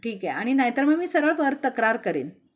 ठीक आहे आणि नाहीतर मग मी सरळ वर तक्रार करेन